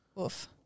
Oof